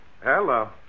Hello